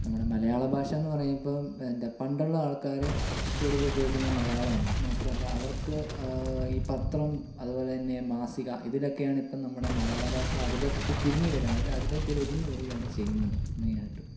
നമ്മുടെ മലയാള ഭാഷായെന്ന് പറയുമ്പം എന്താണ് പണ്ടുള്ള ആൾക്കാർ കൂടുതൽ ഉപയോഗിക്കുന്നത് മലയാളമാണ് മാത്രമല്ല അവർക്ക് ഈ പത്രം അതുപോലെ തന്നെ മാസിക ഇതിലൊക്കെയാണ് ഇപ്പോൾ നമ്മുടെ മലയാള ഭാഷ അതിലേക്കൊക്കെ ചുരുങ്ങി വരുവാണ് അതിലേക്ക് ഒതുങ്ങി വരുവാണ് ചെയ്യുന്നത് മെയിനായിട്ടും